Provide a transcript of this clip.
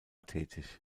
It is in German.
tätig